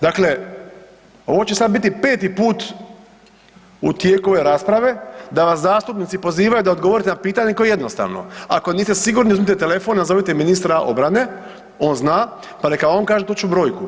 Dakle, ovo će sada biti peti put u tijeku ove rasprave da vas zastupnici pozivaju da odgovorite na pitanje koje je jednostavno, ako niste sigurni uzmite telefon, nazovite ministara obrane on zna pa neka on kaže točnu brojku.